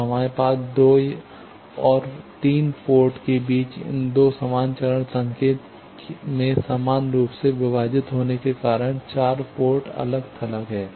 तो हमारे पास 2 और 3 पोर्ट के बीच इन 2 समान चरण संकेत में समान रूप से विभाजित होने के कारण 4 पोर्ट अलग थलग है